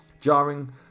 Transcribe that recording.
jarring